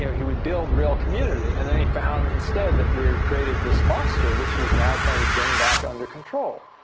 yeah he would build real community. and then he found instead that we have created this monster, which he is now trying to bring back under control.